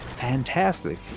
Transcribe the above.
fantastic